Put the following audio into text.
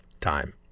time